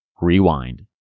Rewind